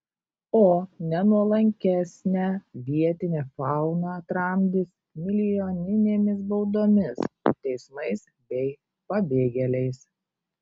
o nenuolankesnę vietinę fauną tramdys milijoninėmis baudomis teismais bei pabėgėliais